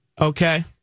Okay